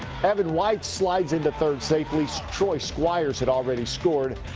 evan white slides into third safely. troy squires had already scored.